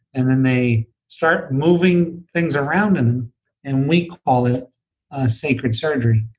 and then they start moving things around, and and we call it ah sacred surgery.